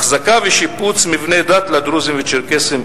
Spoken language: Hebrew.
אחזקה ושיפוץ מבני דת לדרוזים ולצ'רקסים,